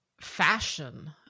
fashion